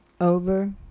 Over